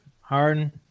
Harden